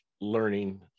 learning